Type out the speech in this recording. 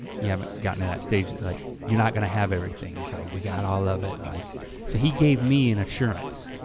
you haven't gotten to that stage. like you're not gonna have everything, he's like, we got all of it, and like so he gave me an assurance.